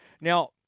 Now